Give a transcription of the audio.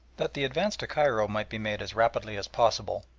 that the advance to cairo might be made as rapidly as possible,